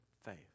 faith